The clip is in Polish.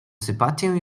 sympatię